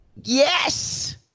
Yes